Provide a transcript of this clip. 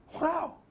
Wow